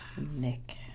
Nick